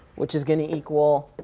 which is going to equal